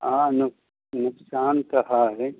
हँ नोक नोकसान तऽ हइ